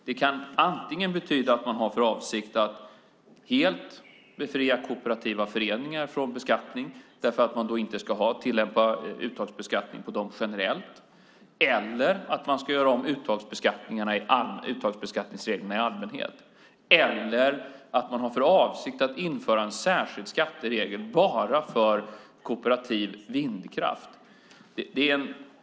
Det kan antingen betyda att man har för avsikt att helt befria kooperativa föreningar från beskattning för att man inte ska tillämpa uttagsbeskattning på dem generellt, att man ska göra om uttagsbeskattningsreglerna i allmänhet eller att man har för avsikt att införa en särskild skatteregel för kooperativ vindkraft.